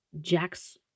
Jack's